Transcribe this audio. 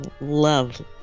love